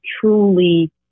truly